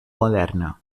moderna